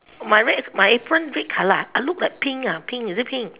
my red my apron red color I look like pink pink uh is it pink